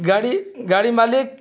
ଗାଡ଼ି ଗାଡ଼ି ମାଲିକ୍